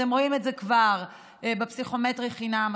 אתם רואים את זה כבר בפסיכומטרי חינם,